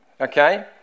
Okay